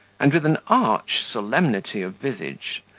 and, with an arch solemnity of visage,